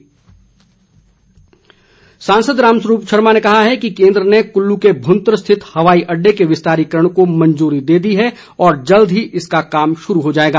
रामस्वरूप शर्मा सांसद रामस्वरूप शर्मा ने कहा है कि केंद्र ने कुल्लू के भुंतर स्थित हवाई अड्डे के विस्तारीकरण को मंजूरी दे दी है और जल्द ही इसका काम शुरू हो जाएगा